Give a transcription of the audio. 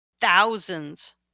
thousands